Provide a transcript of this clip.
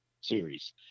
series